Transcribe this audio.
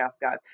guys